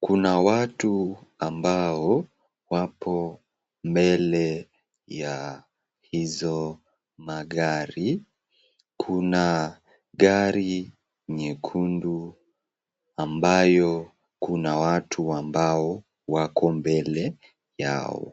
kuna watu ambao wapo mbele ya hizo magari. Kuna gari nyekundu ambayo kuna watu ambao wako mbele yao.